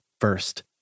first